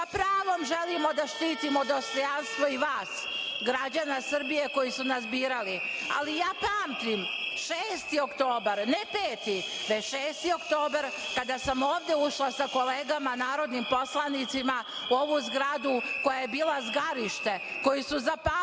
sa pravom želimo da štitimo dostojanstvo i vas građana Srbije koji su nas birali, ali ja pamtim 6. oktobar, ne 5. oktobar, već 6. oktobar kada sam ovde ušla sa kolegama narodnim poslanicima u ovu zgradu koja je bila zgarište, koju su zapalili,